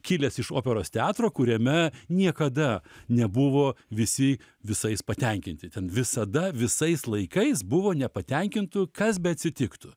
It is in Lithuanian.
kilęs iš operos teatro kuriame niekada nebuvo visi visais patenkinti ten visada visais laikais buvo nepatenkintų kas beatsitiktų